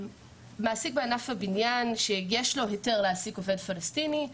מעסיק בענף הבניין שיש לו היתר להעסיק עובד פלסטיני,